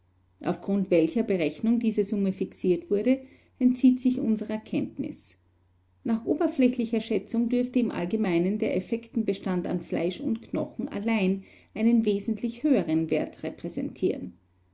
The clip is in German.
auf grund welcher berechnung diese summe fixiert wurde entzieht sich unserer kenntnis nach oberflächlicher schätzung dürfte im allgemeinen der effektenbestand an fleisch und knochen allein einen wesentlich höheren wert repräsentieren